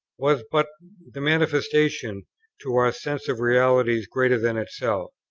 was but the manifestation to our senses of realities greater than itself.